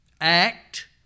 act